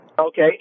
Okay